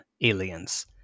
aliens